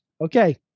Okay